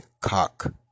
cock